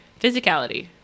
Physicality